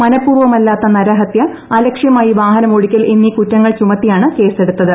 മനഃപൂർവ്വമല്ലാത്ത നരഹത്യ അലക്ഷ്യമായി വാഹനമോടിക്കൽ എന്നീ കുറ്റങ്ങൾ ചുമത്തിയാണ് കേസെടുത്തത്